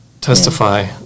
testify